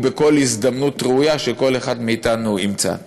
ובכל הזדמנות ראויה שכל אחד מאתנו ימצא.